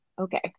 Okay